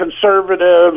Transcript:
conservatives